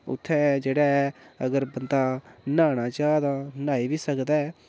उत्थै जेह्ड़ा ऐ अगर बंदा न्हाना चाह् ता न्हाई बी सकदा ऐ